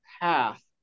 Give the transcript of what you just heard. path